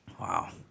Wow